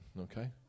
okay